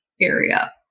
area